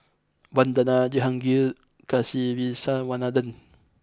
Vandana Jehangirr Kasiviswanathan